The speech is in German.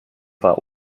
war